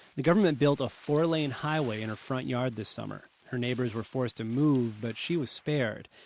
the government built a four-lane highway in her front yard this summer. her neighbors were forced to move, but she was spared.